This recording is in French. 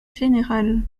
général